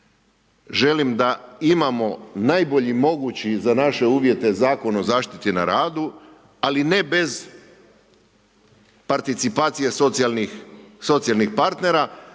želim da imamo najbolji mogući za naše uvjete Zakon o zaštiti na radu, ali ne bez participacije socijalnih partnera